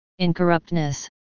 incorruptness